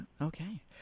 okay